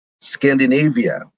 Scandinavia